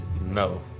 No